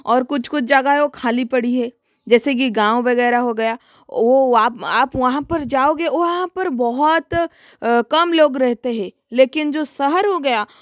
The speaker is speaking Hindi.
और कुछ कुछ जगह है वो ख़ाली पड़ी है जैसे कि गाँव वग़ैरह हो गया वो वो आप वहाँ पर जाओगे वहाँ पर बहुत कम लोग रहते हैं लेकिन जो शहर हो गया